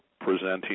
presenting